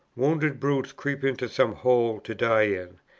wounded brutes creep into some hole to die in,